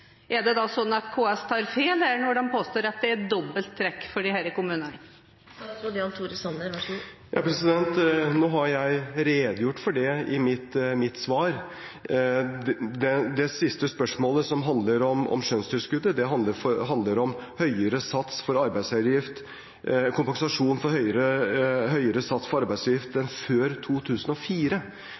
Er det da slik at KS tar feil når de påstår at det er dobbelt trekk for disse kommunene? Jeg har redegjort for dette i mitt svar. Det siste spørsmålet, om skjønnstilskuddet, handler om kompensasjon for høyere sats for arbeidsgiveravgift før 2004. Den rød-grønne regjeringen justerte retningslinjene for